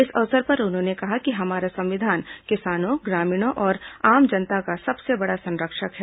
इस अवसर पर उन्होंने कहा कि हमारा संविधान किसानों ग्रामीणों और आम जनता का सबसे बड़ा संरक्षक है